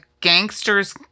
gangsters